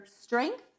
strength